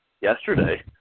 yesterday